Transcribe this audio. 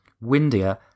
windier